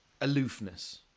aloofness